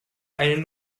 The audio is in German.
eine